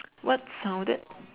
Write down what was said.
what sounded